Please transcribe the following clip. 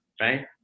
Right